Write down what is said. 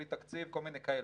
בלי תקציב וכל מיני כאלה,